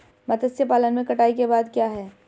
मत्स्य पालन में कटाई के बाद क्या है?